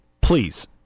please